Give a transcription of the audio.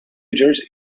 jersey